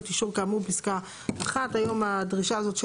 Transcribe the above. אישור כאמור בפסקה (1)"; היום הדרישה הזאת של